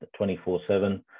24-7